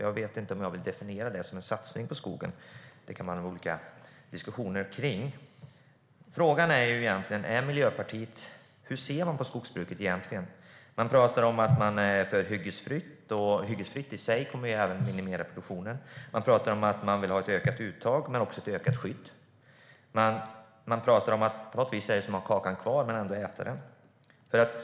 Jag vet inte som jag vill definiera det som en satsning på skogen. Det kan man ha olika diskussioner om. Frågan är: Hur ser Miljöpartiet egentligen på skogsbruket? Man talar om att man är för hyggesfritt. Hyggesfritt i sig kommer även att minimera produktionen. Man talar om att man vill ha ett ökat uttag men också ett ökat skydd. På något vis är det som att ha kakan kvar men ändå äta den.